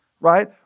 right